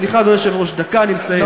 סליחה, אדוני היושב-ראש, דקה, אני מסיים.